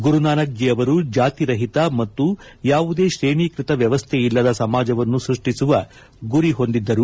ಗುರುನಾನಕ್ ಜೀ ಅವರು ಜಾತಿರಹಿತ ಮತ್ತು ಯಾವುದೇ ಶ್ರೇಣೀಕೃತ ವ್ಯವಸ್ಥೆಯಿಲ್ಲದ ಸಮಾಜವನ್ನು ಸೃಷ್ಟಿಸುವ ಗುರಿ ಹೊಂದಿದ್ದರು